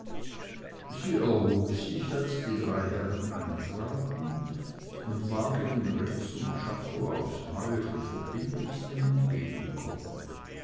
sie erhob sich als die drei herren eintraten und war gegen rex und czako aufs neue von verbindlichstem entgegenkommen